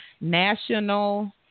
National